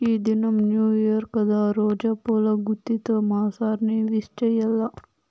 ఈ దినం new year కదా రోజా పూల గుత్తితో మా సార్ ని విష్ చెయ్యాల్ల